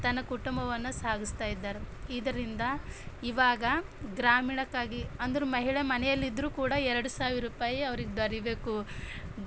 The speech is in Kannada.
ತನ್ನ ಕುಟುಂಬವನ್ನು ಸಾಗಿಸ್ತಾಯಿದ್ದಾರೆ ಇದರಿಂದ ಈವಾಗ ಗ್ರಾಮೀಣಕ್ಕಾಗಿ ಅಂದ್ರೆ ಮಹಿಳೆ ಮನೆಯಲ್ಲಿದ್ದರೂ ಕೂಡ ಎರಡು ಸಾವಿರ ರೂಪಾಯಿ ಅವ್ರಿಗೆ ದೊರೀಬೇಕು